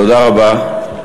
תודה רבה.